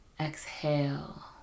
Exhale